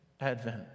Advent